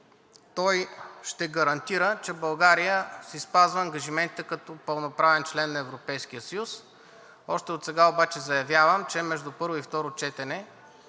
той ще гарантира, че България си спазва ангажиментите като пълноправен член на Европейския съюз. Още отсега обаче заявявам, че между първо и второ четене